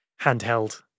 handheld